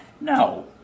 No